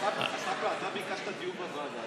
אתה ביקשת דיון בוועדה.